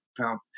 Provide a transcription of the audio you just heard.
pound